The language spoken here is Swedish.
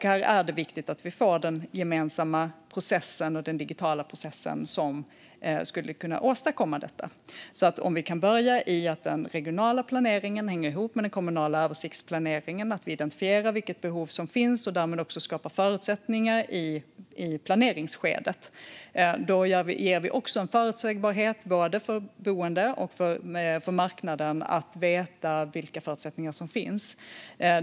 Det är viktigt att vi får till stånd en gemensam och digital process som skulle kunna åstadkomma detta. Om vi kan börja med att den regionala planeringen hänger ihop med den kommunala översiktsplaneringen, att vi identifierar vilket behov som finns och att vi därmed skapar förutsättningar i planeringsskedet ger vi också en förutsägbarhet för både boende och marknaden att veta vilka förutsättningar som finns.